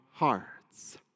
hearts